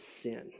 sin